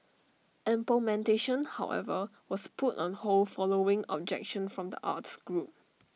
implementation however was put on hold following objection from the arts groups